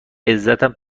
عزتم